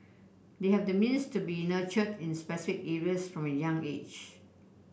they have the means to be nurtured in specific areas from a young age